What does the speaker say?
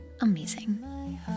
amazing